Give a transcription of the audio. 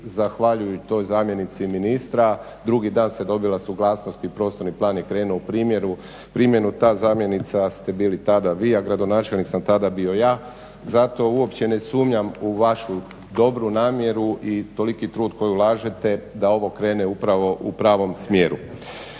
zahvaljujući toj zamjenici ministra drugi dan se dobila suglasnost i prostorni plan je krenuo u primjenu. Ta zamjenica ste bili tada vi, a gradonačelnik sam tada bio ja. Zato uopće ne sumnjam u vašu dobru namjeru i toliki trud koji ulažete da ovo krene upravo u pravom smjeru.